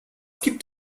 gibt